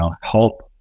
help